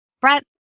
Brett